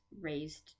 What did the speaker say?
raised